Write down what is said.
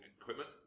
equipment